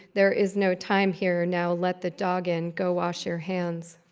there is no time here. now let the dog in. go wash your hands.